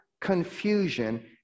confusion